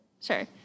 Sure